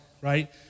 right